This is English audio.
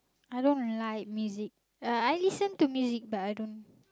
I don't like music uh I listen to music but I don't